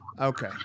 Okay